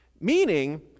Meaning